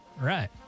Right